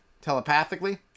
telepathically